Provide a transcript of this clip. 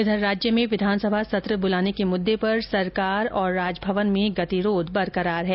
इधर राज्य में विधानसभा सत्र बुलाने के मुद्दे पर सरकार और राजभवन में गतिरोध बरकरार है